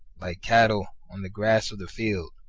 like cattle, on the grass of the field.